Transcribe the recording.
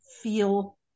feel